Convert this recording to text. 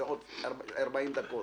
וזה בעוד 40 דקות,